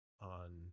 on